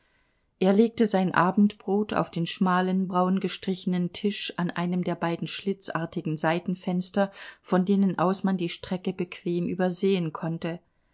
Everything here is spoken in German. er legte sein abendbrot auf den schmalen braungestrichenen tisch an einem der beiden schlitzartigen seitenfenster von denen aus man die strecke bequem übersehen konnte